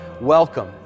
welcome